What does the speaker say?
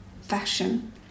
fashion